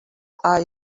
are